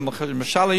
למשל,